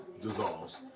dissolves